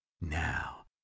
Now